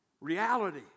Reality